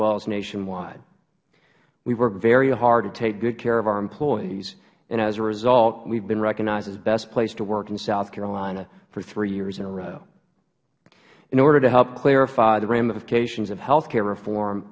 well as nationwide we work very hard to take good care of our employees and as a result we have been recognized as best place to work in south carolina for three years in a row in order to help clarify the ramifications of health care reform